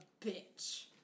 bitch